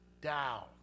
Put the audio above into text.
down